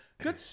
Good